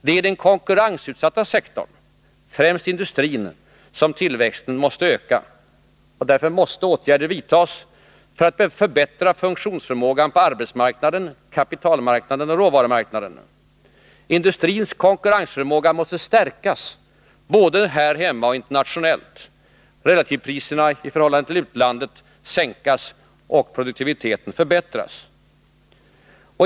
Det är i den konkurrensutsatta sektorn — främst industrin — som tillväxten måste öka. Därför måste åtgärder vidtas för att förbättra funktionsförmågan på arbetsmarknaden, kapitalmarknaden och råvarumarknaden. Den svenska industrins konkurrensförmåga måste stärkas både här hemma och internationellt. Relativpriserna i förhållande till utlandet måste sänkas och produktiviteten förbättras.